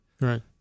right